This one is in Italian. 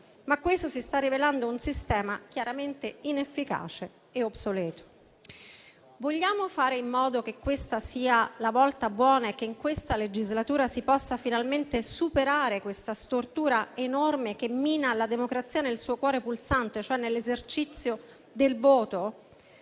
ma questo si sta rivelando un sistema chiaramente inefficace e obsoleto. Vogliamo fare in modo che questa sia la volta buona e che in questa legislatura si possa finalmente superare questa stortura enorme che mina la democrazia nel suo cuore pulsante, cioè nell'esercizio del voto?